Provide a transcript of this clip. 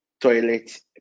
toilet